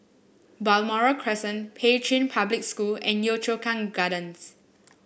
Balmoral Crescent Pei Chun Public School and Yio Chu Kang Gardens